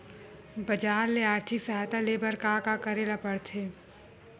बजार ले आर्थिक सहायता ले बर का का करे ल पड़थे?